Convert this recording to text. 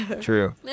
True